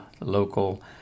local